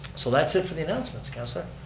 so that's it for the announcements, councilor.